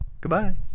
goodbye